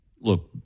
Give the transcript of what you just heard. look